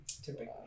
typically